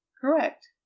Correct